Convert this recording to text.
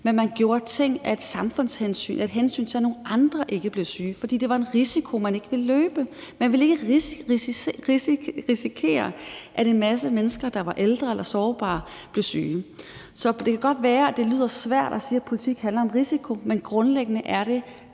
men at man gjorde ting af et samfundshensyn, af et hensyn til, at nogle andre ikke blev syge. For det var en risiko, man ikke ville løbe. Man ville ikke risikere, at en masse mennesker, der var ældre eller sårbare, blev syge. Så det kan godt være, at det lyder svært at sige, at politik handler om risiko, men grundlæggende er det